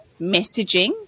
messaging